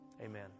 Amen